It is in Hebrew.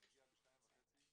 נגיע בשתיים וחצי,